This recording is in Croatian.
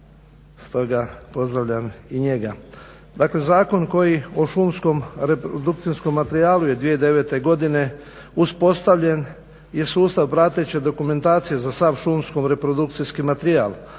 stoga pozdravljam i njega. Dakle, Zakon koji o šumskom reprodukcijskom materijalu je 2009. godine uspostavljen i sustav prateće dokumentacije za sav šumski reprodukcijski materijal